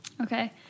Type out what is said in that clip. okay